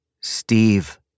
Steve